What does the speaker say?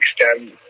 extend